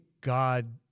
God